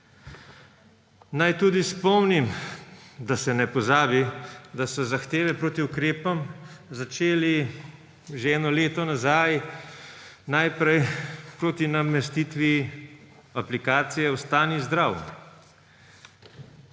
Naj tudi spomnim, da se ne pozabi, da so zahteve proti ukrepom začeli že eno leto nazaj, najprej proti namestitvi aplikacije Ostani zdrav.